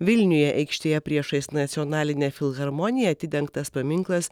vilniuje aikštėje priešais nacionalinę filharmoniją atidengtas paminklas